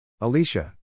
Alicia